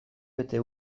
bete